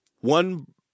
One